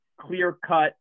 clear-cut